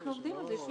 אנחנו עובדים על זה.